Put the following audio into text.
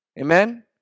Amen